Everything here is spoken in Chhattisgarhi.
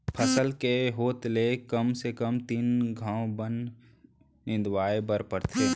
फसल के होत ले कम से कम तीन घंव बन निंदवाए बर परथे